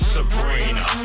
Sabrina